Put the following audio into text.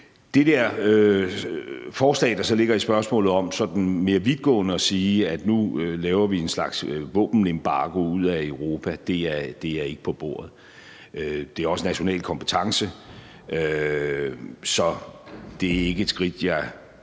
Det der forslag, der så ligger i spørgsmålet, om sådan mere vidtgående at sige, at nu laver vi en slags våbenembargo ud af Europa, er ikke på bordet. Det er også national kompetence, så det er ikke et skridt, jeg